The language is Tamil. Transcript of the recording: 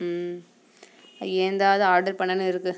ம் ஏன் தான் அதை ஆடர் பண்ணேன்னு இருக்குது